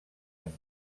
amb